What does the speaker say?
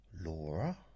Laura